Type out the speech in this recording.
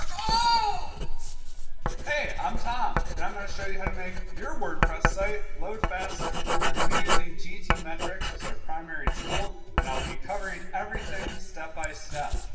oh hey i'm tom and i'm gonna show you how to make your wordpress site load faster we're gonna be using gtmetrix as our primary tool and i'll be covering everything step by step.